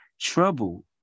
trouble